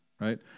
right